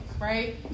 right